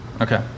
Okay